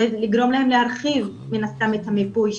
זה לגרום להם להרחיב מן הסתם את המיפוי,